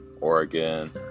Oregon